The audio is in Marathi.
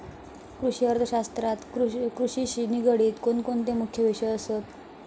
कृषि अर्थशास्त्रात कृषिशी निगडीत कोणकोणते मुख्य विषय असत?